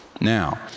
Now